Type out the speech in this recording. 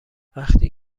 وقتی